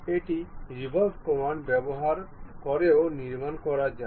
এটি revolve command ব্যবহার করেও নির্মাণ করা যায়